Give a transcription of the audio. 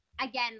again